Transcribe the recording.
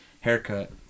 haircut